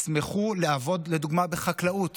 ישמחו לעבוד, לדוגמה, בחקלאות